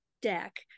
deck